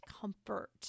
comfort